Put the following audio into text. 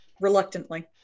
Reluctantly